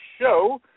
show